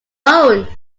own